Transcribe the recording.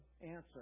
answer